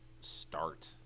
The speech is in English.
start